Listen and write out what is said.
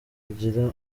agira